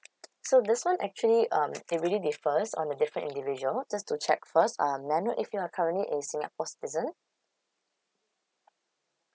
so this one actually um it really differs on the different individual just to check first uh may I know if you are currently a singapore citizen